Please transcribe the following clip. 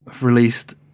released